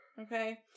Okay